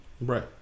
Right